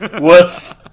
Whoops